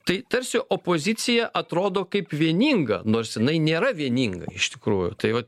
tai tarsi opozicija atrodo kaip vieninga nors jinai nėra vieninga iš tikrųjų tai va